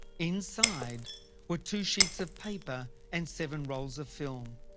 inside were two sheets of paper and seven rolls of film.